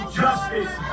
justice